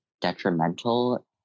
detrimental